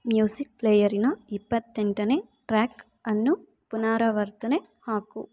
music ಪ್ಲೇಯರಿನ ಇಪ್ಪತ್ತೆಂಟನೆ track ಅನ್ನು ಪುನರಾವರ್ತನೆ ಹಾಕು